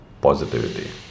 positivity